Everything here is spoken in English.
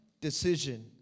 decision